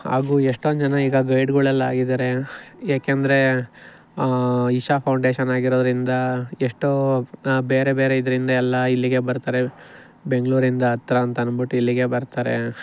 ಹಾಗೂ ಎಷ್ಟೊಂದು ಜನ ಈಗ ಗೈಡ್ಗಳೆಲ್ಲ ಆಗಿದಾರೆ ಏಕೆಂದರೆ ಇಶಾ ಫೌಂಡೇಶನ್ ಆಗಿರೋದರಿಂದ ಎಷ್ಟೋ ಬೇರೆ ಬೇರೆ ಇದರಿಂದ ಎಲ್ಲ ಇಲ್ಲಿಗೆ ಬರ್ತಾರೆ ಬೆಂಗಳೂರಿಂದ ಹತ್ರ ಅಂತ ಅನ್ಬಿಟ್ಟು ಇಲ್ಲಿಗೆ ಬರ್ತಾರೆ